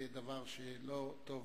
זה דבר שלא טוב